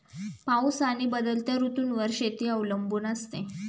पाऊस आणि बदलत्या ऋतूंवर शेती अवलंबून असते